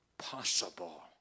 possible